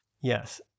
Yes